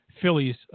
Phillies